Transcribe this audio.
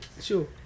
sure